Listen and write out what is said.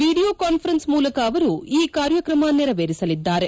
video conference ಮೂಲಕ ಅವರು ಈ ಕಾರ್ಯಕ್ರಮ ನೆರವೇರಿಸಲಿದ್ದಾರೆ